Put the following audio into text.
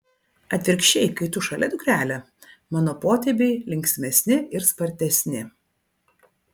atvirkščiai kai tu šalia dukrele mano potėpiai linksmesni ir spartesni